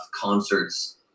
concerts